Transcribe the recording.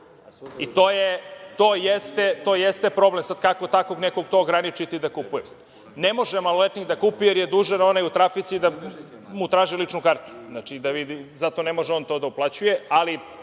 to jeste problem, sad kako takvog nekog to ograničiti da kupuje. Ne može maloletnik da kupuje, jer je dužan onaj u trafici da mu traži ličnu kartu. Zato ne može on to da uplaćuje,